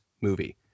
movie